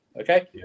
okay